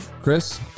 Chris